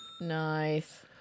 Nice